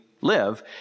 live